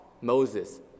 Moses